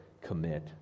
commit